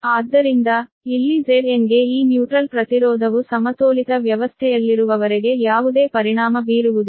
ಆದ್ದರಿಂದ ಇಲ್ಲಿ Zn ಗೆ ಈ ನ್ಯೂಟ್ರಲ್ ಪ್ರತಿರೋಧವು ಸಮತೋಲಿತ ವ್ಯವಸ್ಥೆಯಲ್ಲಿರುವವರೆಗೆ ಯಾವುದೇ ಪರಿಣಾಮ ಬೀರುವುದಿಲ್ಲ